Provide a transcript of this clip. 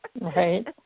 Right